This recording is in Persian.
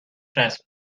رسم